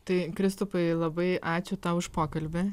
tai kristupai labai ačiū tau už pokalbį